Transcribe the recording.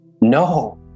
No